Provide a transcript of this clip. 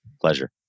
Pleasure